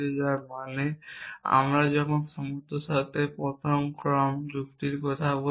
যার মানে আমরা যখন সমতার সাথে প্রথম ক্রম যুক্তির কথা বলি